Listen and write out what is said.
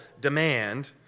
demand